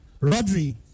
Rodri